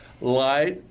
light